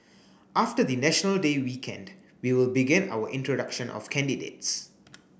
after the National Day weekend we will begin our introduction of candidates